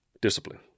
discipline